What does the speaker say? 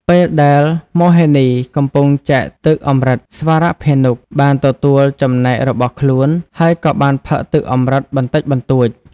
ពេលដែលមោហិនីកំពុងចែកទឹកអម្រឹត ស្វរភានុបានទទួលចំណែករបស់ខ្លួន ហើយក៏បានផឹកទឹកអម្រឹតបន្តិចបន្តួច។